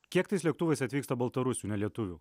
kiek tais lėktuvais atvyksta baltarusių nelietuvių